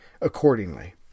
accordingly